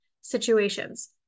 situations